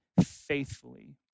faithfully